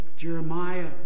Jeremiah